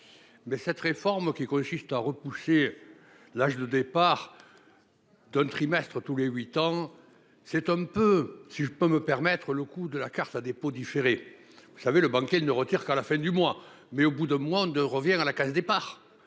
Mais cette réforme qui consiste à repousser. L'âge de départ. D'un trimestre tous les 8 ans. C'est un peu si je peux me permettre le coût de la carte à dépôt différé. Vous savez le banquier il ne retire qu'à la fin du mois. Mais au bout de moins de revenir à la case départ